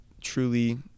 truly